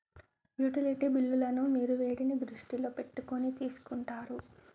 Utility బిల్లులను మీరు వేటిని దృష్టిలో పెట్టుకొని తీసుకుంటారు?